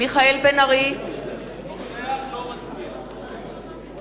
(קוראת בשמות חברי הכנסת)